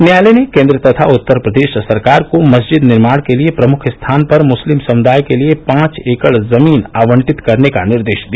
न्यायालय ने केन्द्र तथा उत्तर प्रदेश सरकार को मस्जिद निर्माण के लिए प्रमुख स्थान पर मुस्लिम समृदाय के लिए पांच एकड़ जमीन आवंटित करने का निर्देश दिया